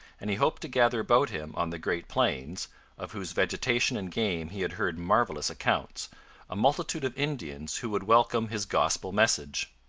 and he hoped to gather about him on the great plains of whose vegetation and game he had heard marvellous accounts a multitude of indians who would welcome his gospel message.